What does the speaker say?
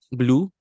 blue